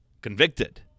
convicted